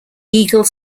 eagle